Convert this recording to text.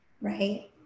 right